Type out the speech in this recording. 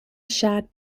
shad